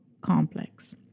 complex